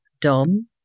dom